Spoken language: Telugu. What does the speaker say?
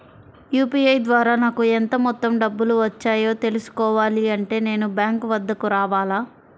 యూ.పీ.ఐ ద్వారా నాకు ఎంత మొత్తం డబ్బులు వచ్చాయో తెలుసుకోవాలి అంటే నేను బ్యాంక్ వద్దకు రావాలా?